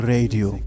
Radio